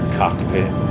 cockpit